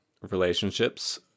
relationships